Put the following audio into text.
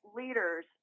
leaders